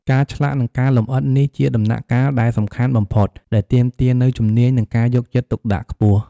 ការឆ្លាក់ និងការលម្អិត នេះជាដំណាក់កាលដែលសំខាន់បំផុត ដែលទាមទារនូវជំនាញ និងការយកចិត្តទុកដាក់ខ្ពស់។